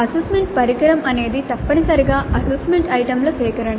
assessment పరికరం అనేది తప్పనిసరిగా అసెస్మెంట్ ఐటమ్ల సేకరణ